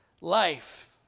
life